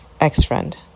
ex-friend